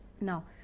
Now